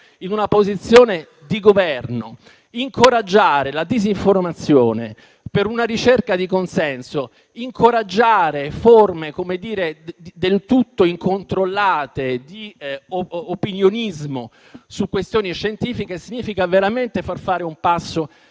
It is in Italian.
in una posizione di Governo, incoraggiare la disinformazione per una ricerca di consenso, incoraggiare forme del tutto incontrollate di opinionismo su questioni scientifiche, significa veramente far fare un passo indietro